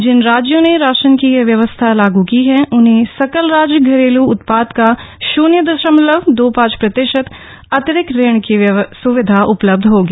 जिन राज्यों ने राशन की यह व्यवस्था लागू की है उन्हें सकल राज्य घरेलू उत्पाद का शून्य दशमलव दो पांच प्रतिशत अतिरिक्त ऋण की स्विधा उपलब्ध होगी